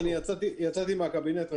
יצאתי מן הקבינט לרגע.